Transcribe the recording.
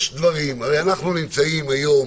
אנחנו יודעים שיש היום